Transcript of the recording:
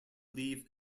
leave